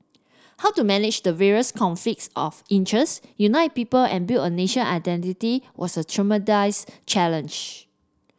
how to manage the various conflicts of interest unite people and build a national identity was a tremendous challenge